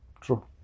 True